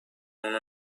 اونو